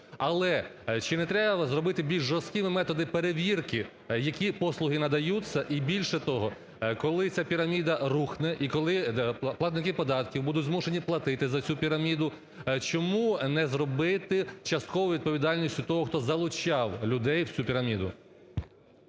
Але чи не треба зробити більш жорсткими методи перевірки, які послуги надаються і, більше того, коли ця піраміда рухне, і коли платники податків будуть змушені платити за цю піраміду, чому не зробити часткову відповідальність і того, хто залучав людей в цю піраміду?